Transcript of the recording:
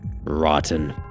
Rotten